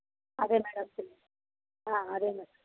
అదే మేడం అదే మేడం